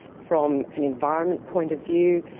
from an environment point to view.